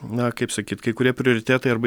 na kaip sakyt kai kurie prioritetai arba